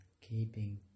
keeping